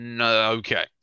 okay